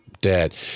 dead